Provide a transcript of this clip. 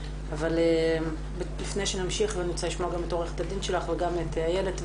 אבל לפני שנמשיך אני רוצה לשמוע גם את עורכת הדין שלך וגם את איילת,